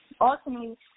ultimately